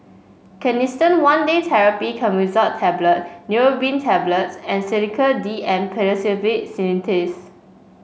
Canesten One Day Therapy Clotrimazole Tablet Neurobion Tablets and Sedilix D M Pseudoephrine Linctus